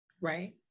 Right